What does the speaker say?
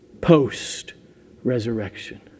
post-resurrection